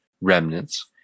remnants